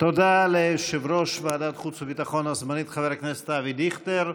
תודה ליושב-ראש ועדת החוץ והביטחון הזמנית חבר הכנסת אבי דיכטר.